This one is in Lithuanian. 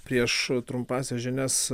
prieš trumpąsias žinias